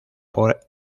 por